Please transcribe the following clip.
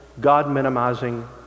God-minimizing